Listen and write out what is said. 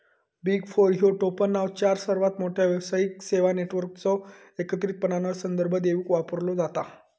big four ह्यो टोपणनाव चार सर्वात मोठ्यो व्यावसायिक सेवा नेटवर्कचो एकत्रितपणान संदर्भ देवूक वापरलो जाता